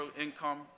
income